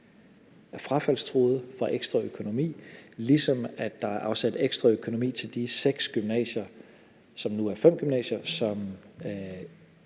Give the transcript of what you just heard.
er frafaldstruede, får ekstra økonomi, ligesom der er afsat ekstra økonomi til de seks gymnasier, som nu er fem gymnasier, som